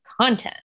content